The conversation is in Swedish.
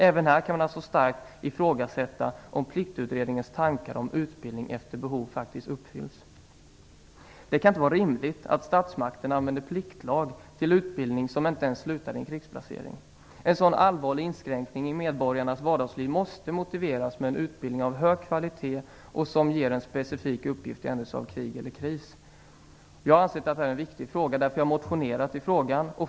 Även här kan man alltså starkt ifrågasätta om pliktutredningens tankar om utbildning efter behov faktiskt uppfylls. Det kan inte vara rimligt att statsmakterna använder pliktlag till utbildning som inte ens slutar i en krigsplacering. En så allvarlig inskränkning i medborgarnas vardagsliv måste motiveras med en utbildning som är av hög kvalitet och ger en specifik uppgift i händelse av krig eller kris. Jag anser att detta är en viktig fråga. Därför har jag motionerat i frågan.